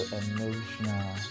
emotional